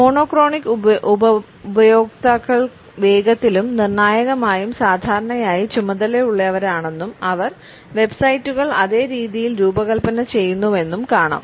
monochronic ഉപയോക്താക്കൾ വേഗത്തിലും നിർണ്ണായകമായും സാധാരണയായി ചുമതലയുള്ളവരാണെന്നും അവർ വെബ്സൈറ്റുകൾ അതേ രീതിയിൽ രൂപകൽപ്പന ചെയ്യുന്നുവെന്നും കാണാം